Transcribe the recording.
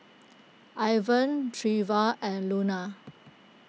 Ivan Trever and Luna